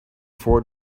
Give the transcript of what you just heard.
forward